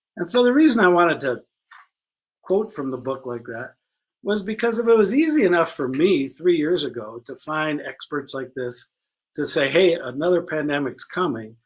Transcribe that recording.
and so the reason i wanted to quote from the book like that was because of it was easy enough for me, three years ago, to find experts like this to say hey, another pandemic's coming.